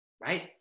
right